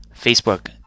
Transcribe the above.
Facebook